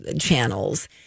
channels